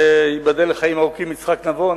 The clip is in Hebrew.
וייבדל לחיים ארוכים יצחק נבון,